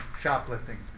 shoplifting